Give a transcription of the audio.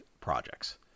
projects